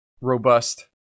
robust